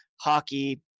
hockey